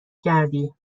کردی